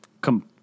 come